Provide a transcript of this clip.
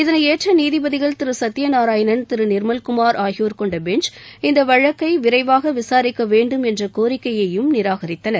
இதனை ஏற்ற நீதிபதிகள் திரு சத்தியநாராயண் திரு நிர்மல்குமார் ஆகியோர் கொண்ட பெஞ்ச் இந்த வழக்கை விரைவாக விசாரிக்க வேண்டும் என்ற கோரிக்கையையும் நிராகரித்தனர்